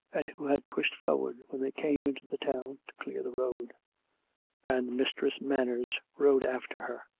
and who had pushed forward when they came into the town to clear the road and mistress manners rode after her.